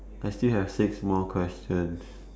I still have six more questions